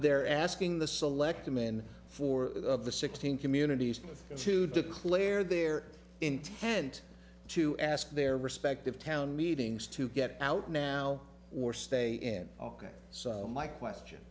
they're asking the selector man for the sixteen communities to declare their intent to ask their respective town meetings to get out now or stay in ok so my question